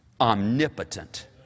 omnipotent